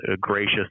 gracious